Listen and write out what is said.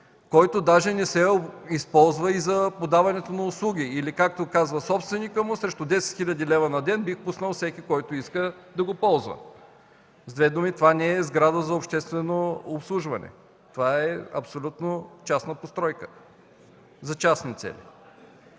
който даже не се използва и за подаването на услуги или както казва собственикът му: „срещу 10 хил. лв. на ден бих пуснал всеки, който иска да го ползва”. С две думи това не е сграда за обществено обслужване, това е абсолютно частна постройка за лични цели.